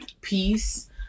peace